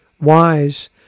Wise